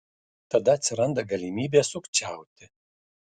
tada atsiranda galimybė sukčiauti